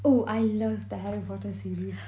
oh I love the harry potter series